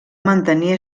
mantenir